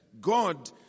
God